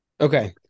Okay